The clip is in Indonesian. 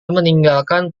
meninggalkan